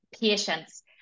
patience